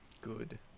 Good